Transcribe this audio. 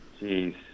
Jeez